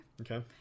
Okay